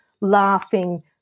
laughing